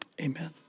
Amen